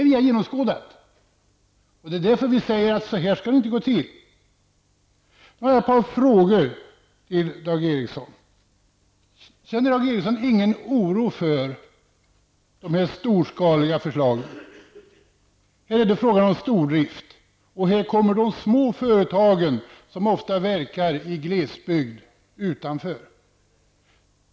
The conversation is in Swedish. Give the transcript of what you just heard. Vi har genomskådat detta, och det är därför vi säger att så skall det inte gå till. Nu har jag ett par frågor til Dag Ericson. Känner Dag Ericson ingen oro för de här storskaliga förslagen? Det är fråga om stordrift här. Här kommer de små företagen som ofta verkar i glesbygd utanför.